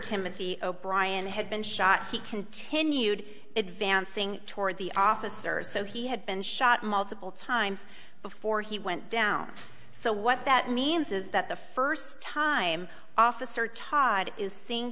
timothy o'brien had been shot he continued advancing toward the officers so he had been shot multiple times before he went down so what that means is that the first time officer todd is seeing